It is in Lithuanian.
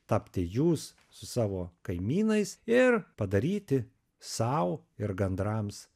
tapti jūs su savo kaimynais ir padaryti sau ir gandrams